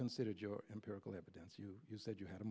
considered your empirical evidence you you said you had a